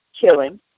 killing